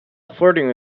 flirting